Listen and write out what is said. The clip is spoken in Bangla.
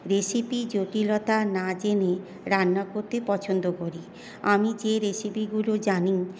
রেসিপি জটিলতা না জেনে রান্না করতে পছন্দ করি আমি যে রেসিপিগুলো জানি